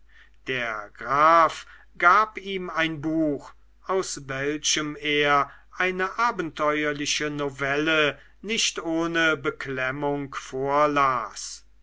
der graf gab ihm ein buch aus welchem er eine abenteuerliche novelle nicht ohne beklemmung vorlas